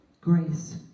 Grace